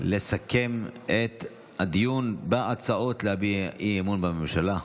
לסכם את הדיון בהצעות להביע אי-אמון בממשלה,